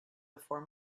before